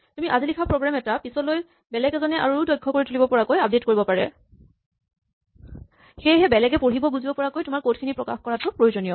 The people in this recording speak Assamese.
তুমি আজি লিখা প্ৰগ্ৰেম এটা পিচলৈ বেলেগ এজনে আৰু দক্ষ কৰি তুলিব পৰাকৈ আপডেট কৰিব পাৰে সেয়েহে বেলেগে পঢ়িব বুজিব পৰাকৈ তোমাৰ কড খিনি প্ৰকাশ কৰাটো প্ৰয়োজনীয়